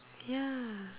ya